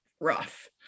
rough